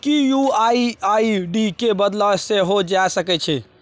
कि UPI ID केँ बदलल सेहो जा सकैत छै?